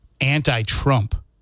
anti-Trump